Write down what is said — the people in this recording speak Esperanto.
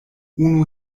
unu